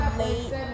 late